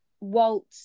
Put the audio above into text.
Walt